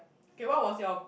okay what was your